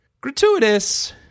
gratuitous